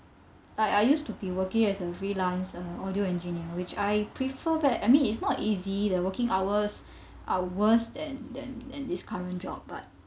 I I used to be working as a freelance uh audio engineer which I prefer that I mean it's not easy the working hours are worse than than than this current job but